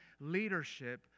leadership